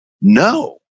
No